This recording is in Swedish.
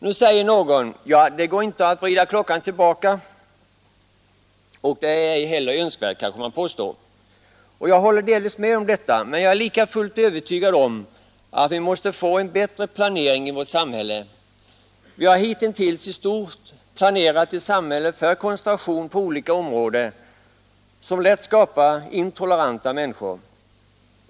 Nu säger någon: ”Det går inte att vrida klockan tillbaka och är ej heller önskvärt.” Jag håller delvis med om detta, men jag är likafullt övertygad om att vi måste få en bättre planering av vårt samhälle. Vi har hitintills i stort planerat ett samhälle för koncentration på olika områden, vilket lätt skapar intoleranta människor.